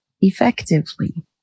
effectively